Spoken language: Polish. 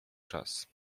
czas